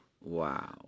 Wow